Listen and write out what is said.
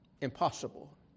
Impossible